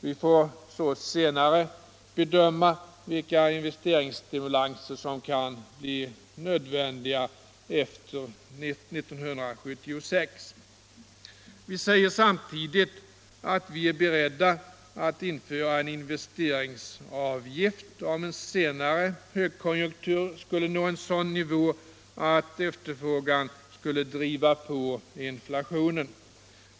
Vi får senare bedöma vilka investeringsstimulanser som kan bli nödvändiga efter 1976. Vi säger samtidigt att vi är beredda att inte införa en investeringsavgift, om en senare högkonjunktur skulle nå en sådan nivå att efterfrågan skulle driva på inflationen.